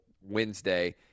Wednesday